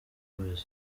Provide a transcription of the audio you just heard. boyz